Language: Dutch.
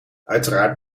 uiteraard